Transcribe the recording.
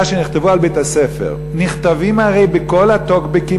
שנכתבו על בית-הספר נכתבות הרי בכל הטוקבקים,